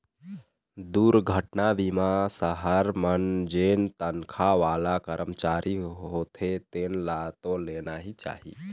दुरघटना बीमा सहर मन जेन तनखा वाला करमचारी होथे तेन ल तो लेना ही चाही